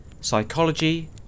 psychology